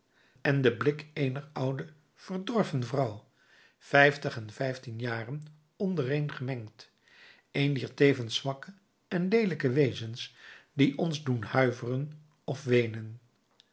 en den blik eener oude verdorven vrouw vijftig en vijftien jaren ondereen gemengd een dier tevens zwakke en leelijke wezens die ons doen huiveren of weenen